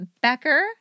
Becker